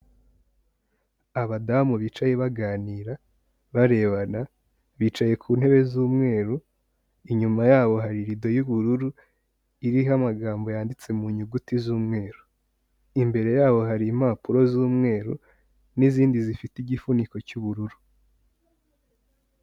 Abadamu bicaye baganira barebana bicaye ku ntebe z'umweru, inyuma yabo hari irido y'ubururu, iriho amagambo yanditse mu nyuguti z'umweru, imbere yabo hari impapuro z'umweru n'izindi zifite igifuniko cy'ubururu.